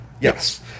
Yes